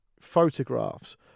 photographs